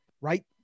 right